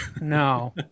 no